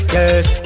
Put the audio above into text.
Yes